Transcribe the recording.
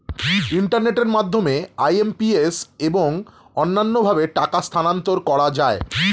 ইন্টারনেটের মাধ্যমে আই.এম.পি.এস এবং অন্যান্য ভাবে টাকা স্থানান্তর করা যায়